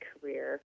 career